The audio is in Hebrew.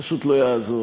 פשוט לא יעזור.